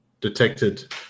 detected